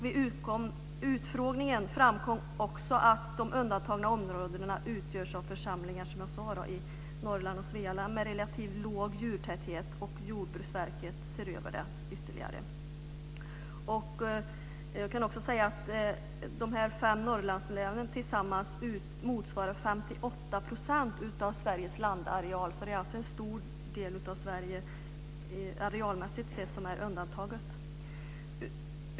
Vid utskottets utfrågning framkom också att de undantagna områdena utgörs av församlingar i Norrland och Svealand med relativt låg djurtäthet och att Jordbruksverket ser över detta ytterligare. Jag kan också säga att de fem Norrlandslänen tillsammans motsvarar 58 % av Sveriges landareal. Det är alltså en stor del av Sverige som är undantagen.